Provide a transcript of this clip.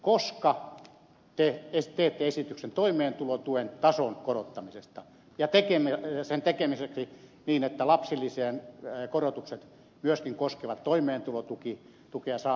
koska te teette esityksen toimeentulotuen tason korottamisesta ja sen tekemisestä niin että lapsilisän korotukset myöskin koskevat toimeentulotukea saavia lapsiperheitä